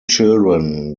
children